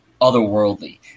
otherworldly